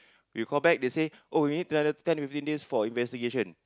we call back they say oh we need another ten to fifteen days for investigation